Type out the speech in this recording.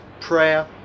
prayer